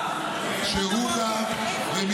עוד שר.